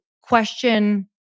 question